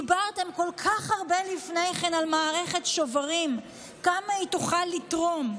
דיברתם כל כך הרבה לפני כן על מערכת שוברים וכמה היא תוכל לתרום,